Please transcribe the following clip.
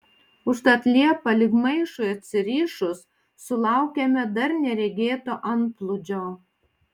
užtat liepą lyg maišui atsirišus sulaukėme dar neregėto antplūdžio